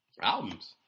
albums